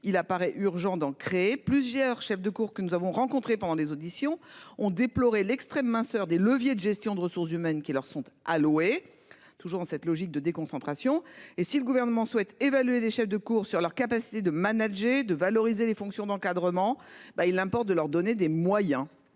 il apparaît urgent d'en créer plusieurs chefs de cours que nous avons rencontrés pendant des auditions ont déploré l'extrême minceur des leviers de gestion de ressources humaines qui leur sont alloués. Toujours dans cette logique de déconcentration. Et si le gouvernement souhaite évaluer les chefs de cour sur leur capacité de manager de valoriser les fonctions d'encadrement. Ben il importe de leur donner des moyens